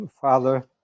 father